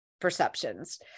perceptions